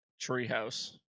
Treehouse